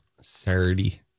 Saturday